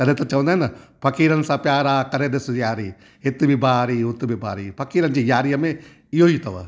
तॾहिं त चवंदा आहिनि न फ़कीरनि सां प्यारु आहे करे ॾिस यारी हित बि बारी हुत बि बारी फ़कीरनि जी यारीअ में इहेई अथव